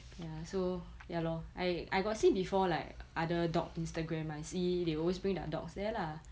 ya so ya lor I I got see before like other dog instagram I see they always bring their dogs there lah